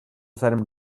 seinem